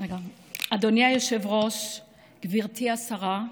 גברתי השרה,